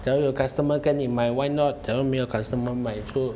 假如有 customer 跟你买 why not 假如没有 customer 买就